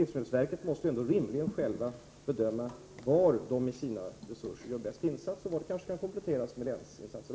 Livsmedelsverket måste ändå rimligen göra bedömningen av var de med sina resurser kan göra de bästa insatserna och var de kanske kan kompletteras med länsinsatser.